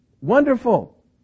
Wonderful